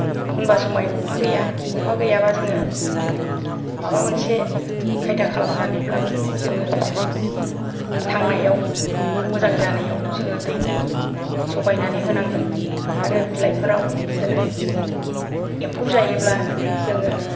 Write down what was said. एखनबा समय अखा गैया अखा गैयाबा जोङो माबा मोनसे खायदा खालामनानैब्लाबो जोङो बिनि थांनायाव मोजां जानायाव जोङो दैनि जगायनानै होनांगोन आरो बिलाइफोराव बिदिनो एम्फौ जायोब्ला जोङो